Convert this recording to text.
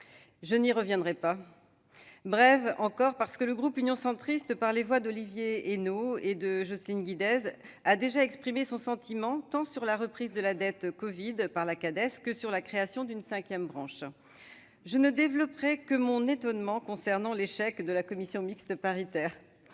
Je n'y reviendrai pas. Je serai brève encore, parce que le groupe Union Centriste, par les voix d'Olivier Henno et de Jocelyne Guidez, a déjà exprimé son sentiment, tant sur la reprise par la Cades de la « dette covid » que sur la création d'une cinquième branche. Je ne développerai que mon étonnement concernant l'échec de la commission mixte paritaire.